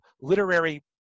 literary